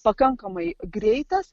pakankamai greitas